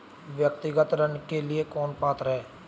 व्यक्तिगत ऋण के लिए कौन पात्र है?